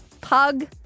Pug